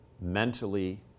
mentally